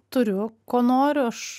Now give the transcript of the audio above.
turiu ko noriu aš